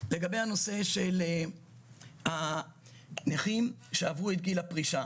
לגבי הנושא של הנכים שעברו את גיל הפרישה.